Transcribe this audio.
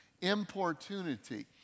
importunity